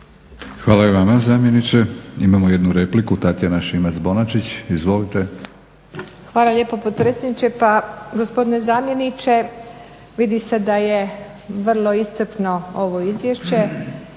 Hvala i vama zamjeniče. Imamo jednu repliku, Tatjana Šimac-Bonačić, izvolite. **Šimac Bonačić, Tatjana (SDP)** Hvala lijepo potpredsjedniče. Pa gospodine zamjeniče, vidi se da je vrlo iscrpno ovo izvješće